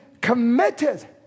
committed